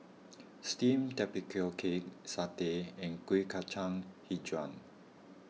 Steamed Tapioca Cake Satay and Kuih Kacang HiJau